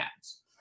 ads